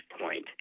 point